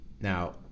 now